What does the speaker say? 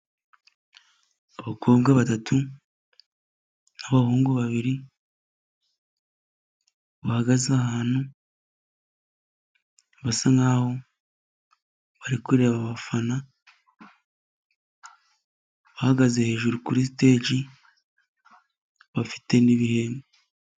Abakobwa batatu n'abahungu babiri bahagaze ahantu, basa nk'aho bari kureba abafana ,bahagaze hejuru kuri siteji, bafite n'ibihembo.